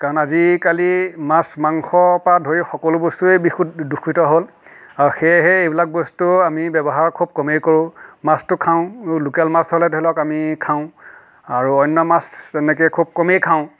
কাৰণ আজিকালি মাছ মাংস পৰা ধৰি সকলো বস্তুৱে বিশুত দূষিত হ'ল আৰু সেয়েহে এইবিলাক বস্তু আমি ব্যৱহাৰ খুব কমেই কৰোঁ মাছটো খাওঁ লোকেল মাছ হ'লে ধৰি লওক আমি খাওঁ আৰু অন্য মাছ তেনেকৈয়ে খুব কমেই খাওঁ